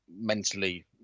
mentally